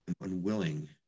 unwilling